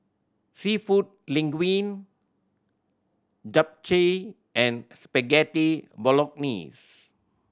Seafood Linguine Japchae and Spaghetti Bolognese